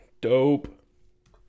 Dope